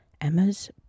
Emma's